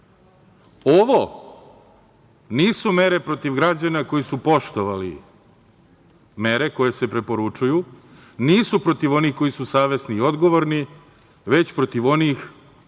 Ovo nisu mere protiv građana koji su poštovali mere koje se preporučuju, nisu protiv onih koji su savesni i odgovorni, već protiv onih